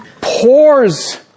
pours